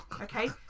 okay